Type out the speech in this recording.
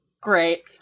Great